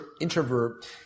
introvert